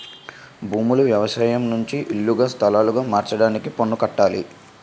భూములు వ్యవసాయం నుంచి ఇల్లుగా స్థలాలుగా మార్చడానికి పన్ను కట్టాలి